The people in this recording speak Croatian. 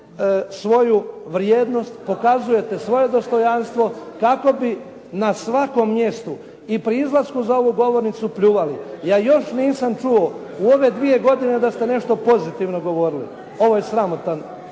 svoju vrijednost, pokazujete svoje dostojanstvo kako bi na svakom mjestu i pri izlasku za ovu govornicu pljuvali. Ja još nisam čuo u ove 2 godine da ste nešto pozitivno govorili. Ovo je sramotan